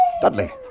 Dudley